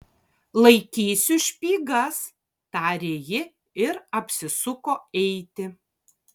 laikysiu špygas tarė ji ir apsisuko eiti